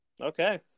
Okay